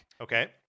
Okay